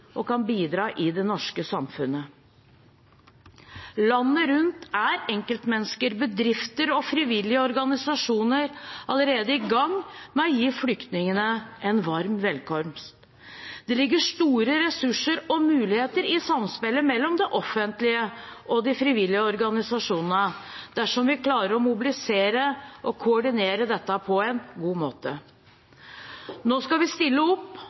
og kan bidra i det norske samfunnet. Landet rundt er enkeltmennesker, bedrifter og frivillige organisasjoner allerede i gang med å gi flyktningene en varm velkomst. Det ligger store ressurser og muligheter i samspillet mellom det offentlige og de frivillige organisasjonene dersom vi klarer å mobilisere og koordinere dette på en god måte. Nå skal vi stille opp